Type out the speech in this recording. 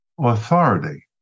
authority